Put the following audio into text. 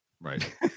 Right